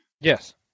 Yes